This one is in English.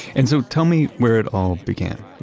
and so tell me where it all began.